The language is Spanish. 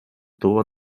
tuvo